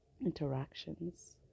interactions